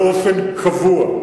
באופן קבוע,